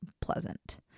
pleasant